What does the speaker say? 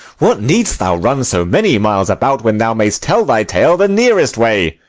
what need'st thou run so many miles about, when thou mayest tell thy tale the nearest way?